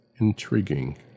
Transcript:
intriguing